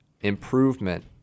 Improvement